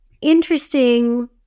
interesting